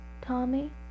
Tommy